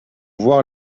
voir